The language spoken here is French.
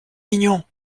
mignon